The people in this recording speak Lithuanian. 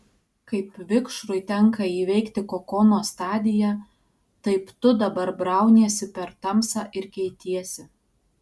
kaip vikšrui tenka įveikti kokono stadiją taip tu dabar brauniesi per tamsą ir keitiesi